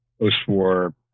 post-war